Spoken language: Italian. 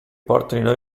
portano